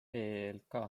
eelk